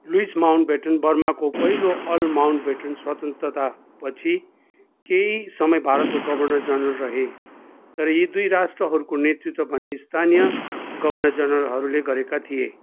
Louis Mountbatten बर्माको पहिलो earl Mountbatten स्वतन्त्रतापछि केही समय भारतको गभर्नर जनरल रहे तर यी दुई राष्ट्रहरूको नेतृत्व भने स्थानिय गभर्नर जनरलहरूले गरेका थिए